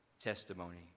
testimony